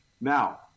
Now